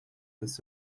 ist